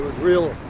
real